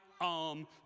arm